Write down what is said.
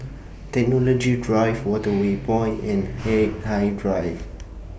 Technology Drive Waterway Point and Hindhede Drive